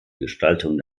gestaltung